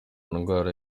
ndwara